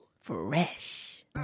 fresh